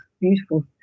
beautiful